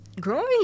Growing